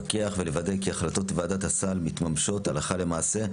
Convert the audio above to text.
לפקח ולוודא כי החלטות ועדת הסל מתממשות הלכה למעשה,